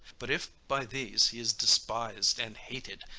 but if by these he is despised and hated,